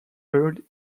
heard